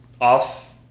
off